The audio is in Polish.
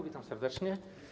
Witam serdecznie.